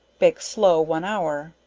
bake slow one hour.